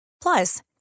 Plus